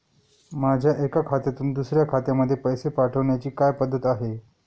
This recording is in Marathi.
माझ्या एका खात्यातून दुसऱ्या खात्यामध्ये पैसे पाठवण्याची काय पद्धत आहे?